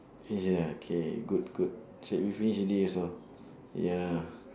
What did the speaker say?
finish already ah K good good check we finish already also ya